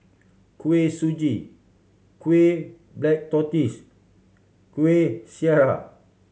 Kuih Suji kueh black tortoise Kueh Syara